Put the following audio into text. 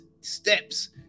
steps